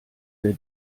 der